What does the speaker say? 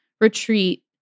retreat